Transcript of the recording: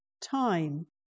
time